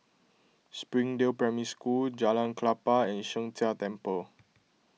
Springdale Primary School Jalan Klapa and Sheng Jia Temple